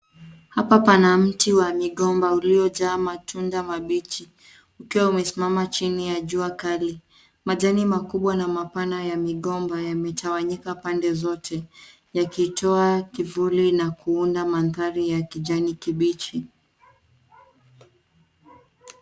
Hapa pana mti wa migomba uliojaa matunda mabichi ukiwa umesimama chini ya jua kali. Majani makubwa na mapana ya migomba yametawanyika pande zote yakitoa kivuli na kuunda mandhari ya kijani kibichi.